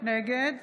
נגד